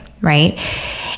right